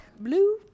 Blue